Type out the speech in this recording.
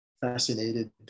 fascinated